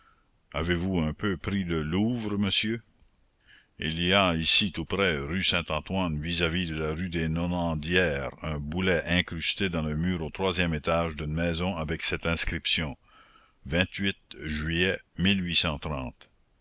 avez-vous un peu pris le louvre monsieur il y a ici tout près rue saint-antoine vis-à-vis la rue des nonaindières un boulet incrusté dans le mur au troisième étage d'une maison avec cette inscription juillet